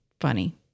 funny